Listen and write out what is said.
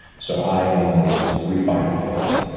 so i am in this refining phase.